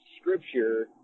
scripture